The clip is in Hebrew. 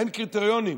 אין קריטריונים.